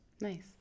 Nice